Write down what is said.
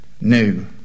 new